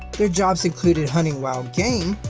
their jobs included hunting wild game,